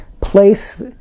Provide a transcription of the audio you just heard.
place